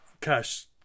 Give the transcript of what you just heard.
Cash